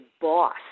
boss